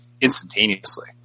instantaneously